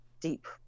deep